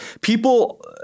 people